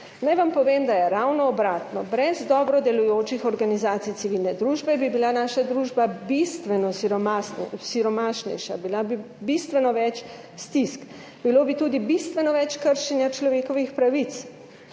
Naj vam povem, da je ravno obratno – brez dobro delujočih organizacij civilne družbe bi bila naša družba bistveno siromašnejša, bilo bi bistveno več stisk, bilo bi tudi bistveno več kršenja človekovih pravic,